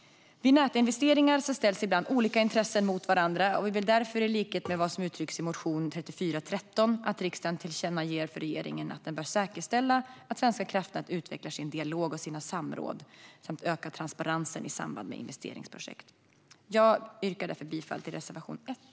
Vid nätinvesteringar ställs ibland olika intressen mot varandra, och vi vill därför i likhet med vad som uttrycks i motion 3413 att riksdagen tillkännager för regeringen att den bör säkerställa att Svenska kraftnät utvecklar sin dialog och sina samråd samt ökar transparensen i samband med investeringsprojekt. Jag yrkar bifall till reservation 1.